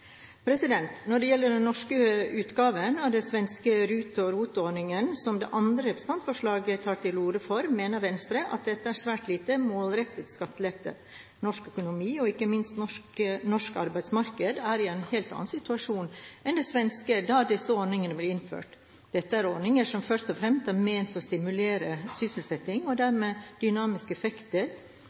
Når det gjelder den norske utgaven av de svenske RUT- og ROT-ordningene, som det andre representantforslaget tar til orde for, mener Venstre at dette er svært lite målrettede skatteletter. Norsk økonomi, og ikke minst norsk arbeidsmarked, er i en helt annen situasjon enn Sverige var i da disse ordningene ble innført. Dette er ordninger som først og fremst er ment for å stimulere sysselsetting og dermed gi dynamiske effekter,